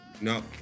no